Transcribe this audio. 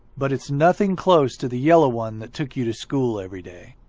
but it's nothing close to the yellow one that took you to school every day.